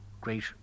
great